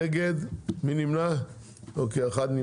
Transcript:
נמנע אחד.